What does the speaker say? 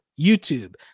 YouTube